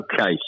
Okay